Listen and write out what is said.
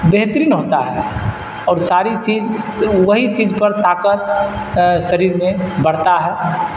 بہترین ہوتا ہے اور ساری چیز وہی چیز پر طاقت شریر میں بڑھتا ہے